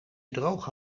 droge